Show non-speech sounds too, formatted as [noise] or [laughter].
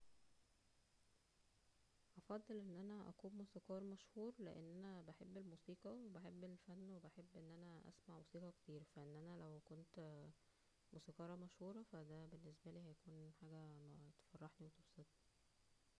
هفضل ان انا اكون موسيقار مشهور, لان انا بحب الموسيقى وبحب الفن وبحب ان انا اسمع موسيقى كتير, فاننا لو كنت موسيقارة مشهورة فا دا بالنسبالى [hesitation] هيكون ح-حاجة تفرحنى وتبسطنى